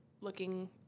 looking